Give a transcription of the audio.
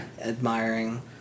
admiring